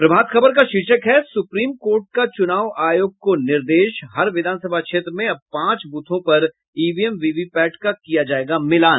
प्रभात खबर का शीर्षक है सुप्रीम कोर्ट का चुनाव आयोग को निर्देश हर विधान सभा क्षेत्र में अब पांच बूथों पर इवीएम वीवीपैट का किया जायेगा मिलान